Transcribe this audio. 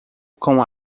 com